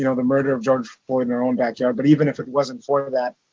you know the murder of george floyd in our own backyard. but even if it wasn't for that,